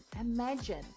imagine